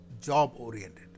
job-oriented